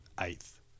eighth